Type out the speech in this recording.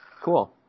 Cool